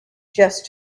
just